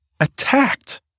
attacked